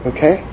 Okay